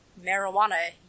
marijuana